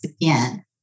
again